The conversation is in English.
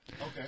okay